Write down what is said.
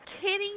kidding